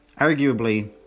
arguably